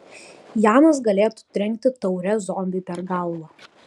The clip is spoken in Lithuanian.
janas galėtų trenkti taure zombiui per galvą